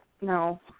No